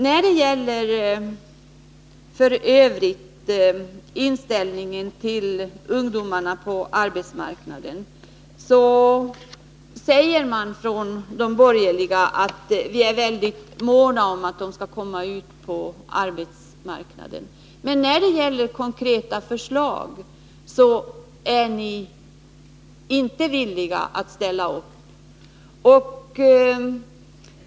Ni borgerliga säger att ni är väldigt måna om att ungdomarna skall komma ut på arbetsmarknaden, men när det gäller konkreta förslag är ni inte villiga att ställa upp.